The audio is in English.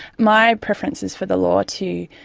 my preference is for the law to,